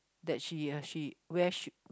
that she uh she where she